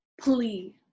plea